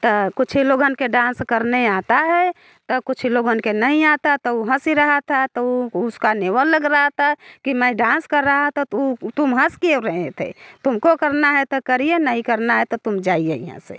तो कुछ ही लोगों के डांस करने आता है तो कुछ लोगों को नहीं आता तो वो हंस रहा था तो वो उसका नेवा लग रहा था कि मैं डांस कर रहा था तुम हंस क्यों रहे थे तुम को करना है तो करिए नहीं करना है तो तुम जाइए यहाँ से